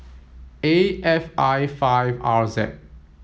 A F I five R Z